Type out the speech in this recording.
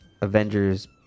Avengers